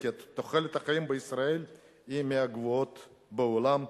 תוחלת החיים בישראל היא מהגבוהות בעולם.